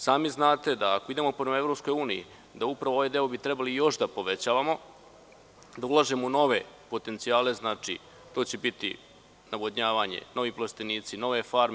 Sami znate ako idemo prema EU, da upravo ovaj deo bi trebali još da povećavamo, da ulažemo u nove potencijale, to će biti navodnjavanje, novi plastenici, nove farme.